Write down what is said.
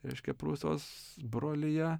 reiškia prūsos brolija